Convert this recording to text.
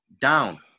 down